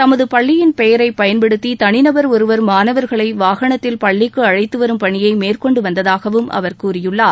தமது பள்ளியின் பெயரை பயன்படுத்தி தனிநபர் ஒருவர் மாணவர்களை வாகனத்தில் பள்ளிக்கு அழைத்து வரும் பணியை மேற்கொண்டு வந்ததாகவும் அவர் கூறியுள்ளார்